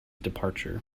departure